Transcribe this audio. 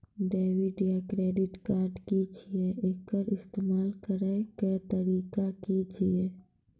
Debit या credit card की छियै? एकर इस्तेमाल करैक तरीका की छियै?